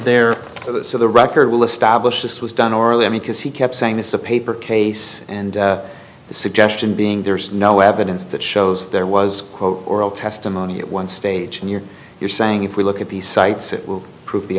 their so the record will establish this was done orally i mean because he kept saying it's a paper case and the suggestion being there's no evidence that shows there was quote oral testimony at one stage and you're you're saying if we look at the sites it will prove the